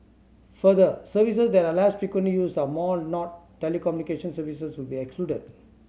further services that are less frequently used are more not telecommunication services will be excluded